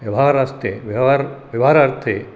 व्यवहारास्ते व्यवहारार्थे